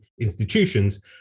institutions